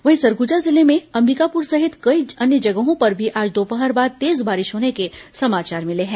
वहीं सरगुजा जिले में अंबिकापुर सहित कई अन्य जगहों पर भी आज दोपहर बाद तेज बारिश होने के समाचार मिले हैं